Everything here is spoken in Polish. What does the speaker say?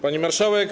Pani Marszałek!